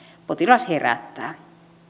potilas herättää